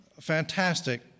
fantastic